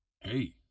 Hey